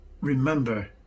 remember